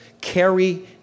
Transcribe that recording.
carry